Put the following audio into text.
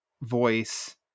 voice